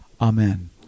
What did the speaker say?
amen